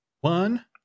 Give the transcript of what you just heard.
one